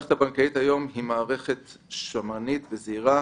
המערכת הבנקאית היום היא מערכת שמרנית וזהירה,